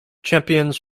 champions